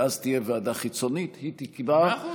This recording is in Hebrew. ואז תהיה ועדה חיצונית, והיא תקבע, מאה אחוז.